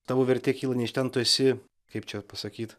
tavo vertė kyla ne iš ten tu esi kaip čia pasakyt